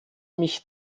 mich